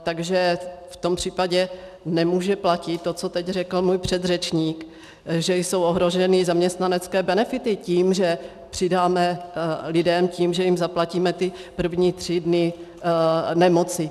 Takže v tom případě nemůže platit to, co teď řekl můj předřečník, že jsou ohroženy zaměstnanecké benefity tím, že přidáme lidem tím, že jim zaplatíme první tři dny nemoci.